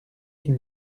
qu’il